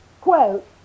quote